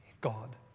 God